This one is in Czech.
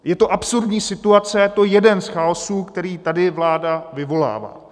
Je to absurdní situace, je to jeden z chaosů, který tady vláda vyvolává.